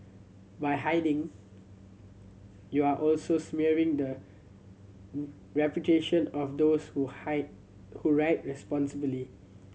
by hiding you're also smearing the reputation of those who high who ride responsibly